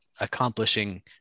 accomplishing